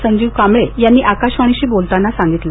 संजीव कांबळे यांनी आकाशवाणीशी बोलताना सांगितलं